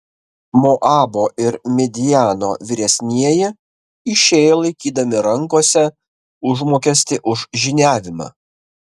moabo ir midjano vyresnieji išėjo laikydami rankose užmokestį už žyniavimą